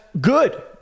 good